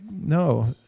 no